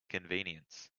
convenience